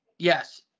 Yes